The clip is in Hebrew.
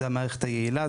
זו המערכת היעילה,